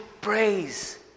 praise